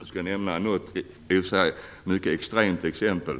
Låt mig nämna ett exempel.